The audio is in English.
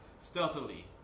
stealthily